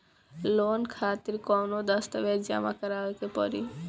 Loan खातिर कौनो दस्तावेज जमा करावे के पड़ी?